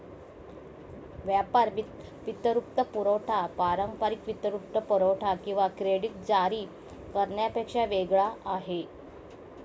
व्यापार वित्तपुरवठा पारंपारिक वित्तपुरवठा किंवा क्रेडिट जारी करण्यापेक्षा वेगळा आहे